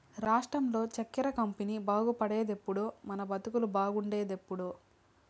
రాష్ట్రంలో చక్కెర కంపెనీ బాగుపడేదెప్పుడో మన బతుకులు బాగుండేదెప్పుడో